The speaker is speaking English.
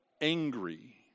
angry